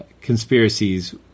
conspiracies